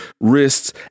wrists